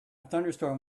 thunderstorm